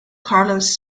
carlos